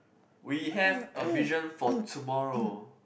we have a vision for tomorrow